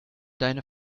deine